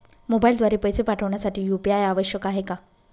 मोबाईलद्वारे पैसे पाठवण्यासाठी यू.पी.आय आवश्यक आहे का?